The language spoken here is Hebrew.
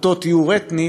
אותו טיהור אתני,